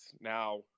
Now